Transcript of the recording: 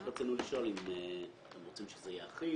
רק רצינו לשאול אם אתם רוצים שזה יהיה אחיד.